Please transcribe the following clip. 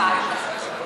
הביתה.